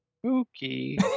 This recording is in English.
Spooky